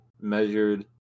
measured